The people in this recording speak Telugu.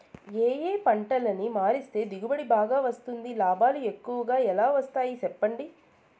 ఏ ఏ పంటలని మారిస్తే దిగుబడి బాగా వస్తుంది, లాభాలు ఎక్కువగా ఎలా వస్తాయి సెప్పండి